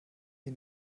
die